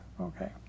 Okay